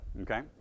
okay